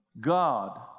God